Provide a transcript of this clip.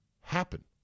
happen